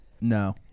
No